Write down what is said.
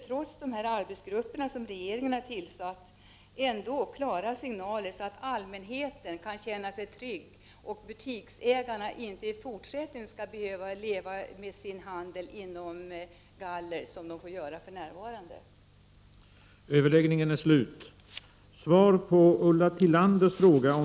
Trots de arbetsgrupper som regeringen har tillsatt efterlyser jag klara signaler, så att allmänheten kan känna sig trygg och så att butiksägarna i fortsättningen inte skall behöva bedriva sin handel inom galler, som de för närvarande får göra.